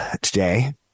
today